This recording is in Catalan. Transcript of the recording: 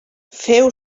feu